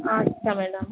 আচ্ছা ম্যাডাম